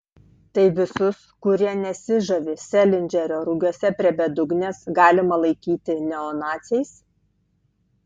tai visus kurie nesižavi selindžerio rugiuose prie bedugnės galima laikyti neonaciais